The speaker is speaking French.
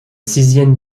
sixième